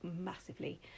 massively